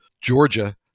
Georgia